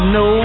no